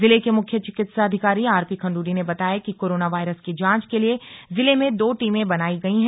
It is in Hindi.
जिले के मुख्य चिकित्साधिकारी आरपी खण्डूड़ी ने बताया कि कोरोना वायरस की जांच के लिए जिले में दो टीमें बनायी गयी हैं